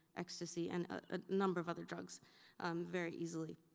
ecstasy, and a number of other drugs very easily.